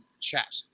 chat